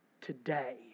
today